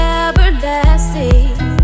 everlasting